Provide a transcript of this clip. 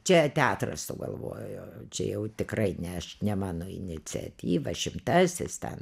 čia teatras sugalvojo čia jau tikrai ne aš ne mano iniciatyva šimtasis ten